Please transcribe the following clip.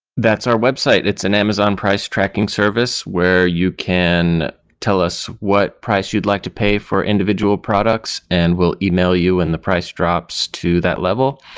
that's our website. it's an amazon price tracking service where you can tell us what price you'd like to pay for individual products and we'll email you and the price drops to that level.